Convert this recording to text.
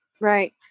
right